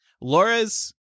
Laura's